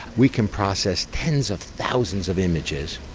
we can process tens of thousands of images,